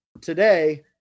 today